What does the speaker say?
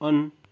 on